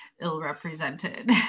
ill-represented